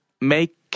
make